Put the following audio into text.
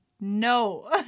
no